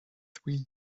three